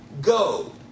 go